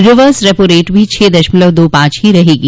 reverse repo rate भी छह दशमलव दो पांच ही रहेगी